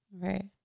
Right